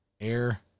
air